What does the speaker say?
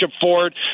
Ford